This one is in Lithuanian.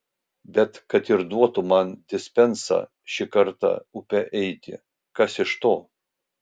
bet kad ir duotų man dispensą šį kartą upe eiti kas iš to